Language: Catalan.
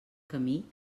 camí